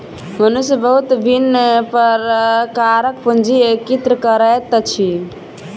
मनुष्य बहुत विभिन्न प्रकारक पूंजी एकत्रित करैत अछि